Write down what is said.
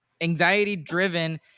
anxiety-driven